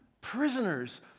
Prisoners